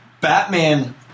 Batman